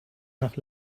nach